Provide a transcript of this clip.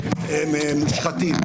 הם מושחתים.